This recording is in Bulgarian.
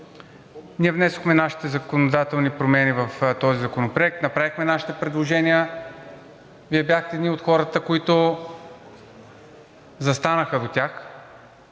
Ние внесохме нашите законодателни промени в този законопроект, направихме нашите предложения. Вие бяхте едни от хората, които застанаха до тях.